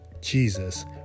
Jesus